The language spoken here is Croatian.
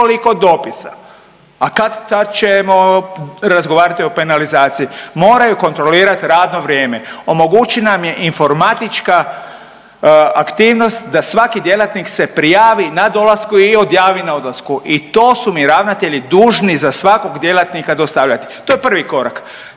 a kad-tad ćemo razgovarati o penalizaciji, moraju kontrolirat radno vrijeme, omogućena nam je informatička aktivnost da svaki djelatnik se prijavi na dolasku i odjavi na odlasku i to su mi ravnatelji dužni za svakog djelatnika dostavljati, to je prvi korak,